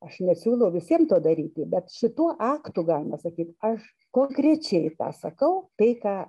aš nesiūlau visiem to daryti bet šituo aktu galima sakyt aš konkrečiai tą sakau tai ką